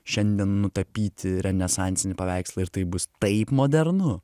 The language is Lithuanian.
šiandien nutapyti renesansinį paveikslą ir tai bus taip modernu